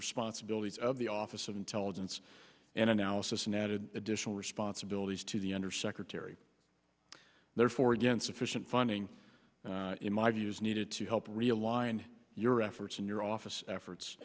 responsibilities of the office of intelligence and analysis and added additional responsibilities to the undersecretary therefore again sufficient funding in my view is needed to help realigned your efforts and your office efforts